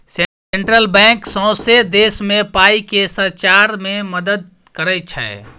central bank सौंसे देश मे पाइ केँ सचार मे मदत करय छै